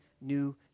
New